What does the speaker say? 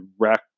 direct